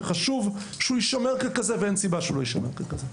וחשוב שהוא יישמר ככזה ואין סיבה שהוא לא יישמר ככזה.